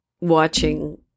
watching